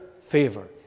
favor